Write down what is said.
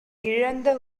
இழந்த